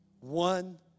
One